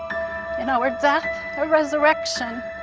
in our death, a resurrection,